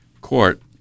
court